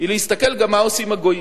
היא להסתכל גם מה עושים הגויים.